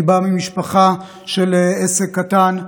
אני בא ממשפחה של עסק קטן,